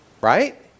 right